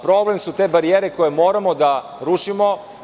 Problem su te barijere koje moramo da rušimo.